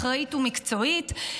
אחראית ומקצועית.